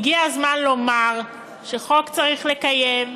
הגיע הזמן לומר שחוק צריך לקיים,